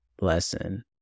lesson